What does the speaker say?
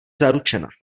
zaručena